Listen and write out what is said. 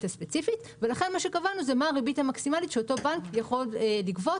הספציפית ולכן קבענו מה הריבית המקסימלית שאותו בנק יכול לגבות,